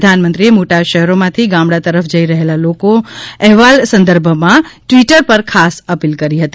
પ્રધાનમંત્રીએ મોટા શહેરોમાંથી ગામડા તરફ જઇ રહેલા લોકોના અહેવાલ સંદર્ભમાં ટવીટર પર ખાસ અપીલ કરી હતી